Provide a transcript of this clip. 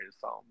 song